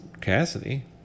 Cassidy